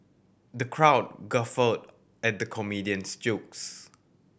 the crowd guffawed at the comedian's jokes